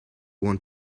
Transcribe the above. want